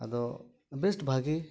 ᱟᱫᱚ ᱵᱮᱥ ᱵᱷᱟᱜᱮ